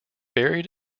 buried